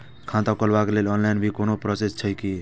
खाता खोलाबक लेल ऑनलाईन भी कोनो प्रोसेस छै की?